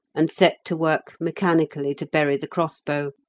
and set to work mechanically to bury the crossbow,